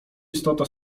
istota